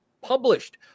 published